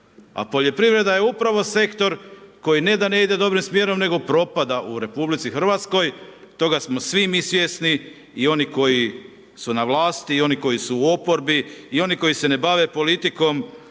A poljoprivreda je upravo sektor koji ne da ne ide dobrim smjerom nego propada u RH, toga smo svi mi svjesni, i oni koji su na vlasti i oni koju su oporbi i oni koji se ne bave politikom